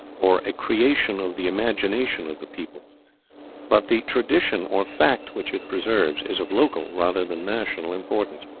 or a creation of the imagination of the people but the tradition or fact which it preserves is of local, rather than national importance.